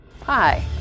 Hi